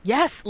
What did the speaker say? Yes